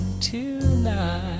tonight